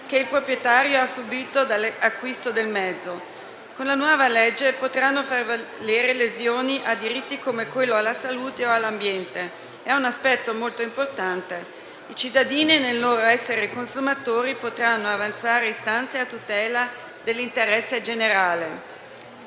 che il proprietario ha subìto dall'acquisto del mezzo; con la nuova legge, si potranno fare valere lesioni a diritti come quello alla salute o all'ambiente. Questo è un aspetto molto importante. I cittadini, nel loro essere consumatori, potranno avanzare istanze a tutela dell'interesse generale.